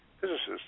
physicists